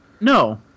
No